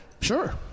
Sure